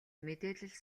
мэдээлэл